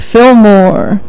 Fillmore